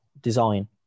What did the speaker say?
design